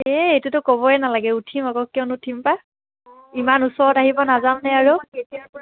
এ এইটোতো ক'বই নালাগে উঠিম আকৌ কিয় নুঠিম পায় ইমান ওচৰত আহিব নাযাম নে আৰু